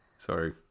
Sorry